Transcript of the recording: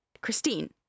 Christine